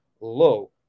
low